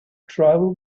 tribal